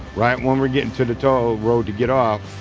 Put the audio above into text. right when we're getting to the toll road to get off,